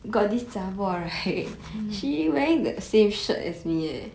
mmhmm